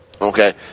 Okay